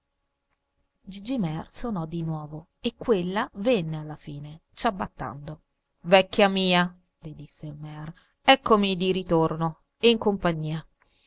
mear sonò di nuovo e quella venne alla fine ciabattando vecchia mia le disse il mear eccomi di ritorno e in compagnia